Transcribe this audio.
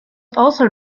also